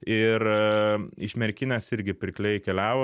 ir iš merkinės irgi pirkliai keliavo